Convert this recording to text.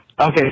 Okay